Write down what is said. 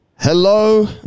Hello